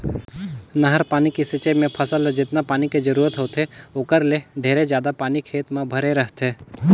नहर पानी के सिंचई मे फसल ल जेतना पानी के जरूरत होथे ओखर ले ढेरे जादा पानी खेत म भरे रहथे